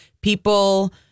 People